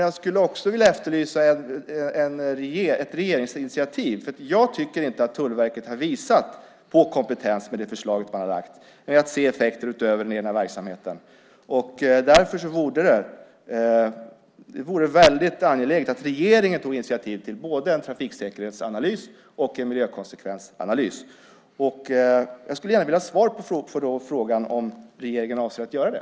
Jag skulle också vilja efterlysa ett regeringsinitiativ. Jag tycker inte att Tullverket har visat kompetens genom det förslag det har lagt fram när det gäller att se effekter utöver den egna verksamheten. Därför vore det väldigt angeläget att regeringen tog initiativ till både en trafiksäkerhetsanalys och en miljökonsekvensanalys. Jag skulle gärna vilja ha svar på frågan om regeringen avser att göra det.